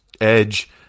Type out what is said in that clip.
Edge